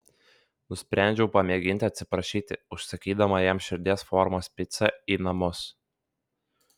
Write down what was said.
nusprendžiau pamėginti atsiprašyti užsakydama jam širdies formos picą į namus